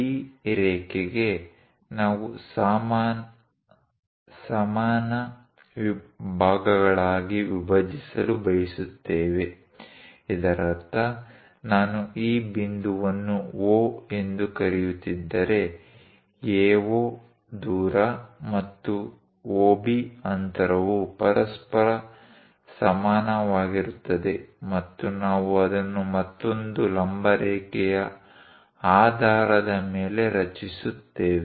ಈ ರೇಖೆಗೆ ನಾವು ಸಮಾನ ಭಾಗಗಳಾಗಿ ವಿಭಜಿಸಲು ಬಯಸುತ್ತೇವೆ ಇದರರ್ಥ ನಾನು ಈ ಬಿಂದುವನ್ನು O ಎಂದು ಕರೆಯುತ್ತಿದ್ದರೆ AO ದೂರ ಮತ್ತು OB ಅಂತರವು ಪರಸ್ಪರ ಸಮಾನವಾಗಿರುತ್ತದೆ ಮತ್ತು ನಾವು ಅದನ್ನು ಮತ್ತೊಂದು ಲಂಬ ರೇಖೆಯ ಆಧಾರದ ಮೇಲೆ ರಚಿಸುತ್ತೇವೆ